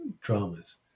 dramas